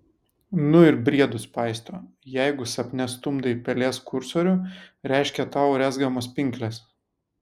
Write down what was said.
nu ir briedus paisto jeigu sapne stumdai pelės kursorių reiškia tau rezgamos pinklės